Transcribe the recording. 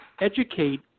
Educate